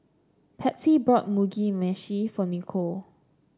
Patsy bought Mugi Meshi for Nichol